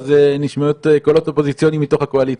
אז נשמעות קולות אופוזיציוניות מתוך הקואליציה.